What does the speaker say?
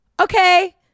okay